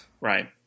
Right